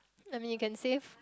I mean you can save